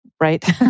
Right